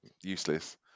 useless